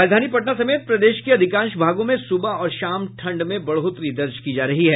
राजधानी पटना समेत प्रदेश के अधिकांश भागों में सुबह और शाम ठंड में बढ़ोतरी दर्ज की जा रही है